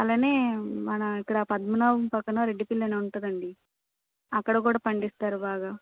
అలానే మన ఇక్కడ పద్మనాభం పక్కన రెడ్డిపిల్లి అని ఉంటుంది అండి అక్కడ కూడా పండిస్తారు బాగా